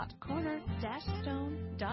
cornerstone